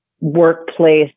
workplace